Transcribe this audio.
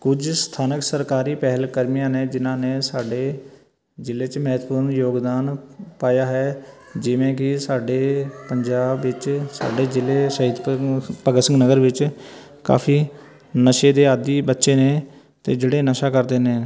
ਕੁਝ ਸਥਾਨਕ ਸਰਕਾਰੀ ਪਹਿਲ ਕਰਮੀਆਂ ਨੇ ਜਿਨ੍ਹਾਂ ਨੇ ਸਾਡੇ ਜਿਲ੍ਹੇ 'ਚ ਮਹੱਤਵਪੂਰਨ ਯੋਗਦਾਨ ਪਾਇਆ ਹੈ ਜਿਵੇਂ ਕਿ ਸਾਡੇ ਪੰਜਾਬ ਵਿੱਚ ਸਾਡੇ ਜਿਲ੍ਹੇ ਸ਼ਹੀਦਪੁਰ ਭਗਤ ਸਿੰਘ ਨਗਰ ਵਿੱਚ ਕਾਫੀ ਨਸ਼ੇ ਦੇ ਆਦੀ ਬੱਚੇ ਨੇ ਅਤੇ ਜਿਹੜੇ ਨਸ਼ਾ ਕਰਦੇ ਨੇ